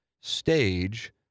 stage